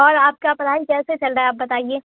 اور آپ کا پڑھائی کیسے چل رہا ہے آپ بتائیے